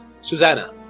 Susanna